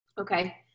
Okay